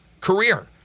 career